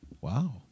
Wow